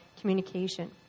communication